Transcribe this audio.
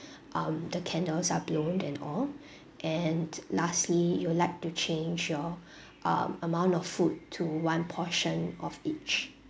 um the candles are blown and all and lastly you would like to change your um amount of food to one portion of each